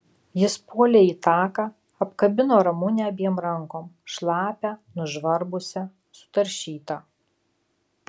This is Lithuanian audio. jis puolė į taką apkabino ramunę abiem rankom šlapią nužvarbusią sutaršytą